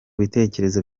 bitekerezo